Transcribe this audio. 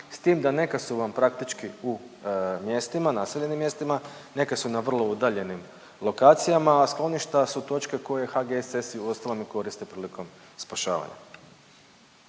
S tim da neka su vam praktički u mjestima, naseljenim mjestima, neka su na vrlo udaljenim lokacijama, a skloništa su točke koje HGSS uostalom i koristi prilikom spašavanja.